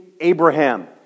Abraham